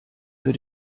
für